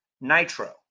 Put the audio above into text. nitro